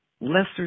Lester